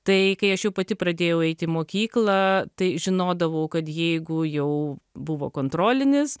tai kai aš jau pati pradėjau eit į mokyklą tai žinodavau kad jeigu jau buvo kontrolinis